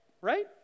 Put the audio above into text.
right